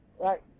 Right